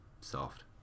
soft